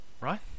right